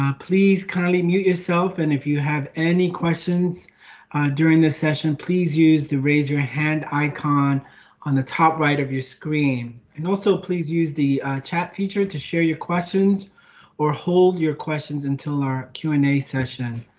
please kindly mute yourself and if you have any questions during this session, please use the raise your hand icon on the top right of your screen and also please use the chat feature to share your questions or hold your questions until our q and a session,